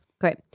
great